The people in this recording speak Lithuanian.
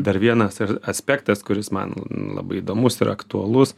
dar vienas ir aspektas kuris man labai įdomus ir aktualus